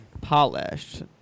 polished